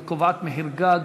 קובעת מחיר גג.